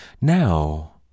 now